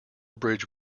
bridge